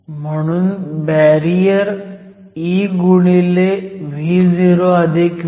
म्हणून barrier eVo Vआहे